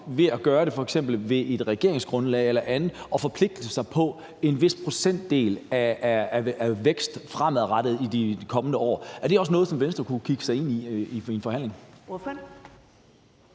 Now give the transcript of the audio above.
ved f.eks. i forbindelse med et regeringsgrundlag eller andet at forpligte sig på en vis procentdel til vækst i de kommende år. Er det også noget, som Venstre kunne kigge ind i at forhandle?